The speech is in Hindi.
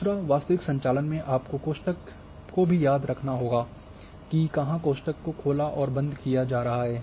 दूसरा वास्तविक संचालन में आपको कोष्ठक को भी याद रखना होगा कि कहां कोष्ठक को खोला और बंद किया जा रहा है